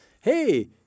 Hey